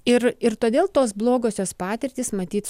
ir ir todėl tos blogosios patirtys matyt